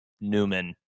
Newman